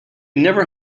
never